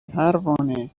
پروانه